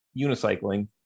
unicycling